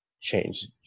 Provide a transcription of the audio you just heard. change